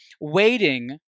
waiting